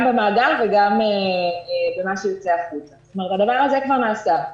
במאגר, וגם במה שיוצא החוצה הדבר הזה כבר נעשה.